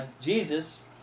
Jesus